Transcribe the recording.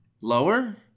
Lower